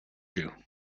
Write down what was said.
you